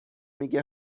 میگه